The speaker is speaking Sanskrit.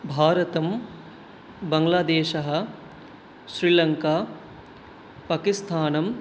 भारतं बङ्ग्लादेशः श्रिलङ्का पाकिस्थानम्